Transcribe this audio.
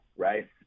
Right